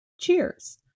Cheers